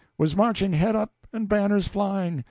was marching head up and banners flying,